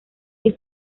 que